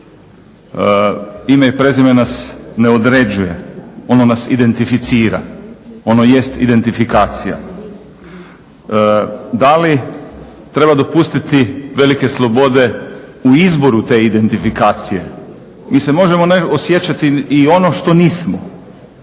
Ime i prezime nas ne određuje, ono nas identificira, ono jest identifikacija. Da li treba dopustiti velike slobode u izboru te identifikacije? Mi se možemo osjećati i ono što nismo.